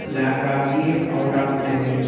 lag ಆಗಿ out ಆಗುತ್ತೇನೆ